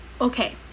okay